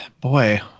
boy